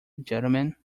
gentlemen